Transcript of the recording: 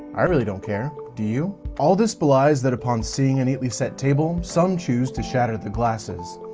i really don't care. do you? all this belies that upon seeing a neatly set table, some choose to shatter the glasses.